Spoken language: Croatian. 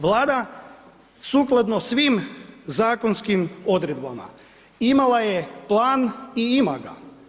Vlada sukladno svim zakonskim odredbama imala je plan i ima ga.